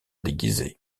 déguisée